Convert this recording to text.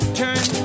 turn